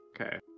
Okay